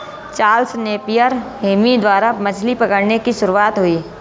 Charles Napier Hemy द्वारा मछली पकड़ने की शुरुआत हुई